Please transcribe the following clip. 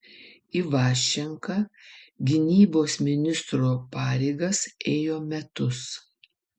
ivaščenka gynybos ministro pareigas ėjo metus